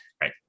Right